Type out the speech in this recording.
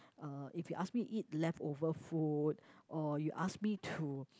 uh if you ask me eat leftover food or you ask me to